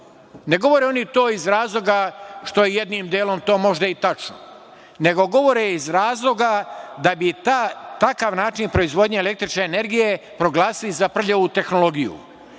Ne govore oni to iz razloga što je jednim delom to možda i tačno, nego govore iz razloga da bi takav način proizvodnje električne energije proglasili za prljavu tehnologiju.